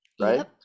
right